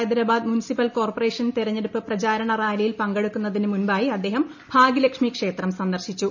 Hyderabad municipal corporation തെരഞ്ഞെടുപ്പ് പ്രചാരണ റാലിയിൽ പങ്കെടുക്കുന്നതിന് മുൻപായി അദ്ദേഹം ഭാഗ്യലക്ഷ്മി ക്ഷേത്രം സന്ദർശിച്ചു